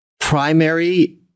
primary